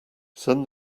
send